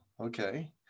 okay